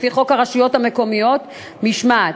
לפי חוק הרשויות המקומיות (משמעת),